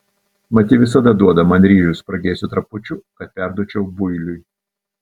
mat ji visada duoda man ryžių spragėsių trapučių kad perduočiau builiui